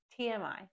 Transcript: TMI